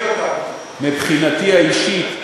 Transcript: מבחינתי האישית,